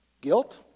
guilt